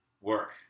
work